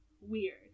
weird